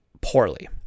poorly